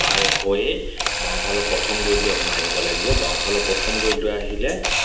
পাৰ হৈয়ে বাওঁফালৰ প্ৰথম গলিটোৰে সোমাই আহিব লাগিব বাওঁফালৰ প্ৰথম গলিটোৰে আহিলে